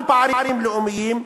גם פערים לאומיים.